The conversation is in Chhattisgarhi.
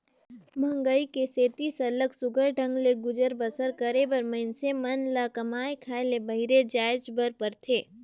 मंहगई के सेती सरलग सुग्घर ढंग ले गुजर बसर करे बर मइनसे मन ल कमाए खाए ले बाहिरे जाएच बर परथे